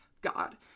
God